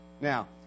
Now